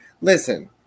Listen